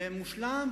ומושלם,